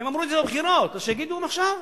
הם אמרו את זה בבחירות, אז שיגידו עכשיו.